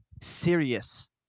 serious